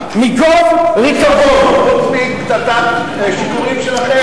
יש משהו שהוא, חוץ, בעניין הזה?